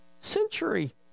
century